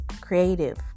creative